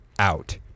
Out